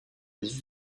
des